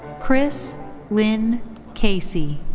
kris lynn casey.